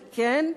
וכן,